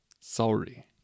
Sorry